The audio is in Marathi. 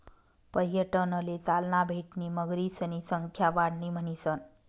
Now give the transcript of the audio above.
पर्यटनले चालना भेटणी मगरीसनी संख्या वाढणी म्हणीसन